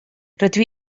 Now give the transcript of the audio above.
rydw